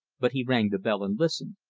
but he rang the bell and listened.